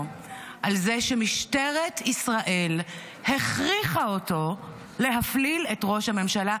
על זה שמשטרת ישראל הכריחה אותו להפליל את ראש הממשלה.